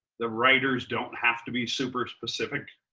the writers don't have to be super specific.